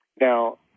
Now